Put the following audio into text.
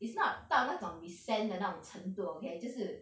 it's not 到那种 resent 的那种程度 okay 就是